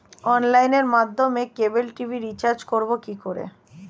অনলাইনের মাধ্যমে cable TV recharge করব কি করে?